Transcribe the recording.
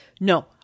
No